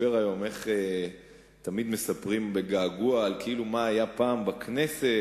שסיפר היום איך תמיד מספרים בגעגוע מה היה פעם בכנסת,